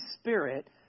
spirit